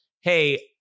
Hey